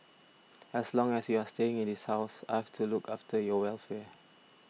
as long as you are staying in this house I've to look after your welfare